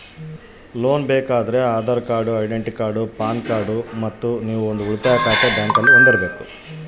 Loan ಬೇಕಾದ್ರೆ ಏನೇನು ಆಧಾರ ಬೇಕರಿ?